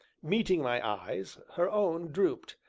meeting my eyes, her own drooped,